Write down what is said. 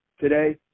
today